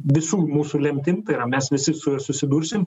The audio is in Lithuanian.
visų mūsų lemtim tai yra mes visi su juo susidursim